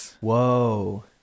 Whoa